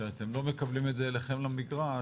שאתם לא מקבלים את זה אליכם למגרש?